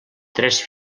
tres